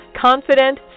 Confident